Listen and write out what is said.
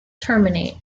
terminate